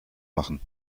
machen